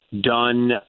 done